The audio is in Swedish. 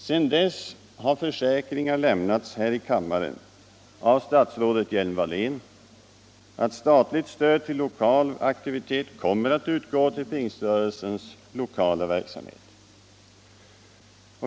Sedan dess har försäkringar lämnats här i kammaren av statsrådet Hjelm-Wallén, att statligt stöd till lokal aktivitet organisationerna IS organisationerna kommer att utgå till pingströrelsens lokala verksamhet.